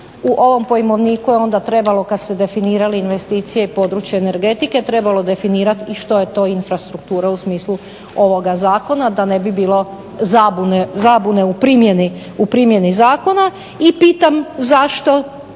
u ovom pojmovniku je onda trebalo kad ste definirali investicije i područje energetike trebalo definirati i što je to infrastruktura u smislu ovoga zakona da ne bi bilo zabune u primjeni zakona. I pitam zašto